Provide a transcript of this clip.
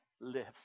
live